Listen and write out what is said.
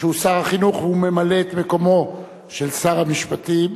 שהוא שר החינוך והוא ממלא את מקומו של שר המשפטים,